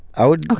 i would. ok.